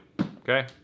Okay